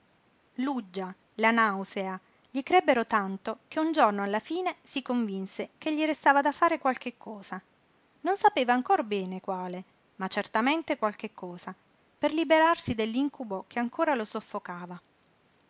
l'uggia la nausea gli crebbero tanto che un giorno alla fine si convinse che gli restava da fare qualche cosa non sapeva ancor bene quale ma certamente qualche cosa per liberarsi dell'incubo che ancora lo soffocava